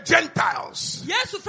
Gentiles